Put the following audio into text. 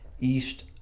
east